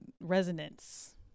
Resonance